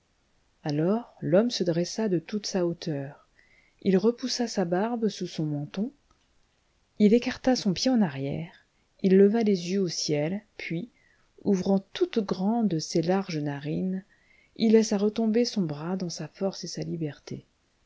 alors l'homme se dressa de toute sa hauteur il repoussa sa barbe sous son menton il écarta son pied en arrière il leva les yeux au ciel puis ouvrant toutes grandes ses larges narines il laissa retomber son bras dans sa force et sa liberté